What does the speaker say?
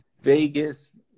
Vegas